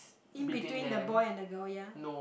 in between the boy and the girl ya